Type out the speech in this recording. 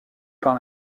par